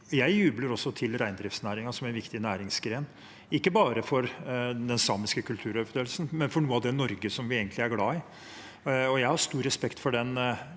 Jeg jubler også for reindriftsnæringen som en viktig næringsgren, ikke bare for den samiske kulturutøvelsen, men for noe av det Norge vi egentlig er glad i. Jeg har stor respekt for den